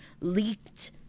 leaked